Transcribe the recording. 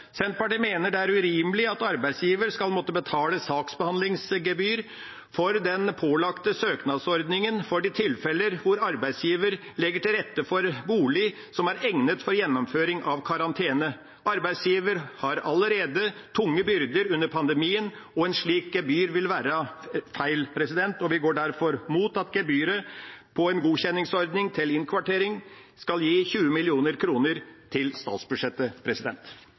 Senterpartiet mener det er urimelig at arbeidsgiver skal måtte betale saksbehandlingsgebyr for den pålagte søknadsordningen for de tilfeller hvor arbeidsgiver legger til rette for bolig som er egnet for gjennomføring av karantene. Arbeidsgiver har allerede tunge byrder under pandemien, og et slikt gebyr vil være feil. Vi går derfor imot at gebyret på en godkjenningsordning til innkvartering skal gi 20 mill. kr til statsbudsjettet.